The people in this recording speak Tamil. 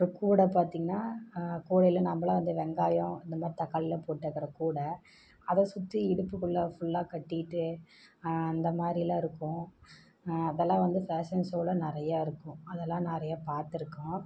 அப்புறம் கூட பார்த்திங்கன்னா கூடையில் நம்மலாம் வந்து வெங்காயம் இந்த மாதிரி தக்காளியெலாம் போட்டு வைக்கிற கூடை அதை சுற்றி இடுப்புக்குள்ளே ஃபுல்லாக கட்டிகிட்டு அந்த மாதிரிலாம் இருக்கும் நான் அதெல்லாம் வந்து ஃபேஷன்ஷோவில நிறையா இருக்கும் அதெல்லாம் நிறையா பார்த்துருக்கோம்